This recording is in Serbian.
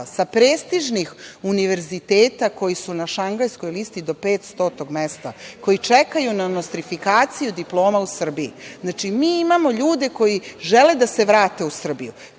sa prestižnih univerziteta koji su na Šangajskoj listi do 500 mesta, koji čekaju na nostrifikaciju diploma u Srbiji. Znači, mi imamo ljude koji žele da se vrate u Srbiju,